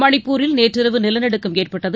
மணிப்பூரில் நேற்றிரவு நிலநடுக்கம் ஏற்பட்டது